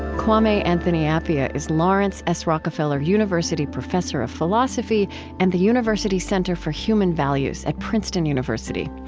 kwame anthony appiah is laurance s. rockefeller university professor of philosophy and the university center for human values at princeton university.